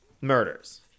murders